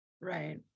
right